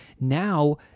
now